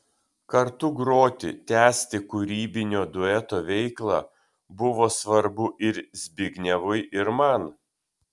kartu groti tęsti kūrybinio dueto veiklą buvo svarbu ir zbignevui ir man